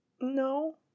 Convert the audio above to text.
No